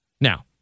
Now